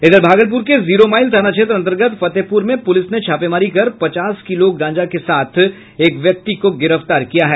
इधर भागलपुर के zero mile थाना क्षेत्र अंतर्गत फतेहपुर में पुलिस ने छापेमारी कर पचास किलो गांजा के साथ एक व्यक्ति को गिरफ्तार किया है